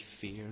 fear